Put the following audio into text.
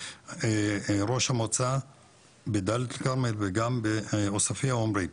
ראש המועצה בדאלית אל כרמל וגם בעוספיה אומרים,